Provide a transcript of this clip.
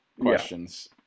questions